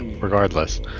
regardless